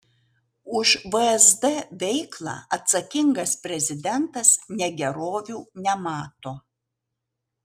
už vsd veiklą atsakingas prezidentas negerovių nemato